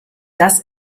das